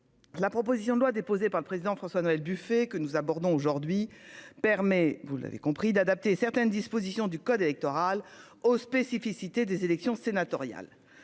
La proposition de loi déposée par le président François-Noël Buffet que nous abordons aujourd'hui permet, vous l'avez compris, d'adapter certaines dispositions du code électoral aux spécificités des élections sénatoriales